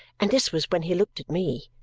and this was when he looked at me,